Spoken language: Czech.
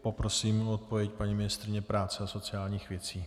Poprosím o odpověď paní ministryni práce a sociálních věcí.